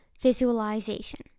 visualization